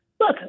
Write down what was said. Look